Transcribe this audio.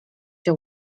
się